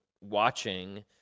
watching